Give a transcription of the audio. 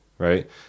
Right